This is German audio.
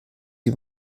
sie